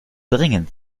dringend